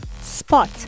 Spot